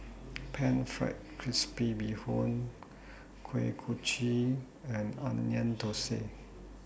Pan Fried Crispy Bee Hoon Kuih Kochi and Onion Thosai